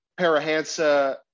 Parahansa